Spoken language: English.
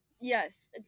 Yes